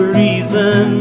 reason